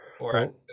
Right